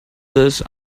this